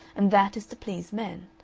and that is to please men.